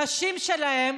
הנשים שלהם